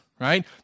right